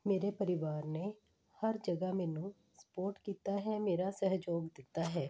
ਮੇਰੇ ਪਰਿਵਾਰ ਨੇ ਹਰ ਜਗ੍ਹਾ ਮੈਨੂੰ ਸਪੋਰਟ ਕੀਤਾ ਹੈ ਮੇਰਾ ਸਹਿਯੋਗ ਦਿੱਤਾ ਹੈ